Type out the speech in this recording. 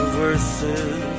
verses